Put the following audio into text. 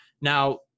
Now